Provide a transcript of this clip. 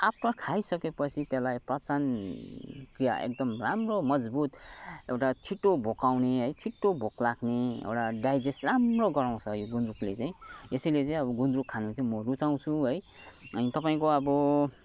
after खाइसकेपछि त्यसलाई पाचन क्रिया एकदम राम्रो मजबुत एउटा छिट्टो भोकाउने है छिट्टो भोक लाग्ने एउटा डाइजेस्ट राम्रो गराउँछ यो गुन्द्रुकले चाहिँ यसैले चाहिँ गुन्द्रुक खानु चाहिँ म रुचाउँछु है अनि तपाईँको अब